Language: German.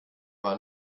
war